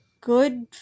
Good